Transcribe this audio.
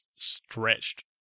stretched